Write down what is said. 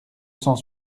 cent